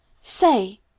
Say